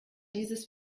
dieses